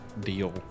deal